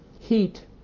heat